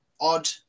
odd